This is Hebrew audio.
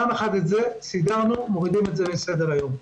את זה סידרנו ומורידים את זה מסדר היום.